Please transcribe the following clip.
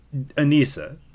Anissa